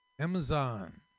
Amazon